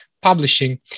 publishing